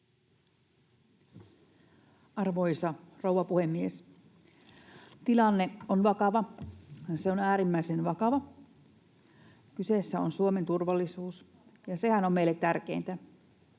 Arvoisa rouva puhemies! Tilanne on vakava, se on äärimmäisen vakava. Kyseessä on Suomen turvallisuus, ja sehän on meille tärkeintä.